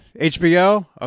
HBO